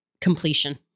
completion